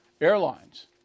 airlines